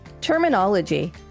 Terminology